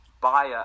buyer